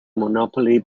monopoly